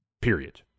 Period